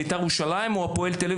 ביתר ירושלים או מול הפועל תל אביב,